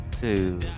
two